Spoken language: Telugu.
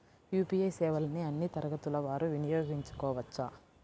యూ.పీ.ఐ సేవలని అన్నీ తరగతుల వారు వినయోగించుకోవచ్చా?